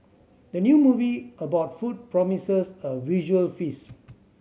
the new movie about food promises a visual feast